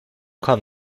kann